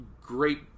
great